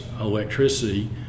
electricity